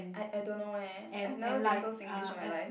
I I don't know eh I have never been so Singlish in my life